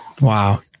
wow